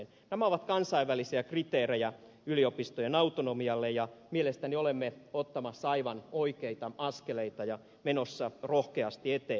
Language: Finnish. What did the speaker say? nämä ovat kansainvälisiä kriteerejä yliopistojen autonomialle ja mielestäni olemme ottamassa aivan oikeita askeleita ja menossa rohkeasti eteenpäin